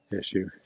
issue